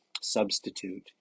substitute